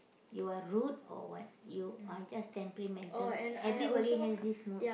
you are rude or what you are just temperamental everybody has this mood